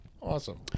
Awesome